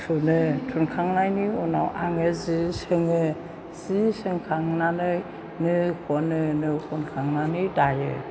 थुनो थुनखांनायनि उनाव आङो जि सोङो जि सोंखांनानै नो खनो नो खनखांनानै दायो